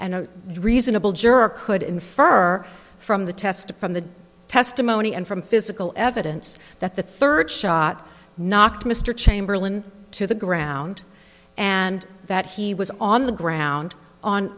a reasonable juror could infer from the test from the testimony and from physical evidence that the third shot knocked mr chamberlain to the ground and that he was on the ground on